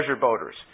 boaters